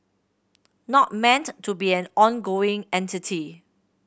not meant to be an ongoing entity